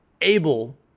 able